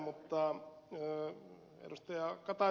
mutta ed